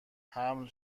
حمل